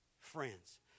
friends